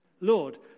Lord